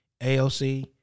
AOC